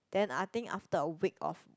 then I think after a week of